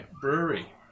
brewery